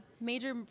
major